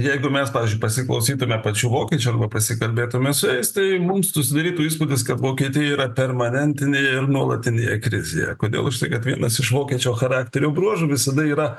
jeigu mes pavyzdžiui pasiklausytume pačių vokiečių arba pasikalbėtume su jais tai mums susidarytų įspūdis kad vokietija yra permanentinėje ir nuolatinėje krizėje kodėl užtai kad vienas iš vokiečio charakterio bruožų visada yra